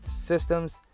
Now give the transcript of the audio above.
systems